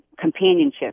companionship